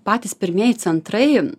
patys pirmieji centrai